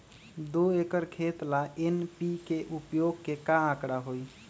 दो एकर खेत ला एन.पी.के उपयोग के का आंकड़ा होई?